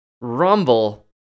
Rumble